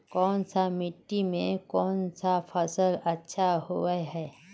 कोन सा मिट्टी में कोन फसल अच्छा होय है?